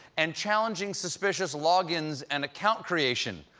and challenging suspicious log-ins and account creation.